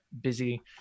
busy